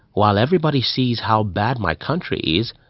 while everybody sees how bad my country is,